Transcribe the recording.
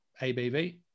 ABV